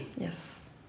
Yes